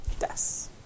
Yes